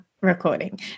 recording